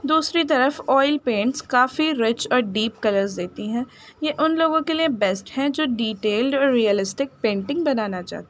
دوسری طرف oil paints کافی رچ اور ڈیپ کلرز دیتی ہیں یہ ان لوگوں کے لیے بیسٹ ہیں جو ڈیٹیلڈ اور ریئلسٹک پینٹنگ بنانا چاہتے ہیں